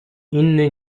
inny